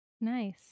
nice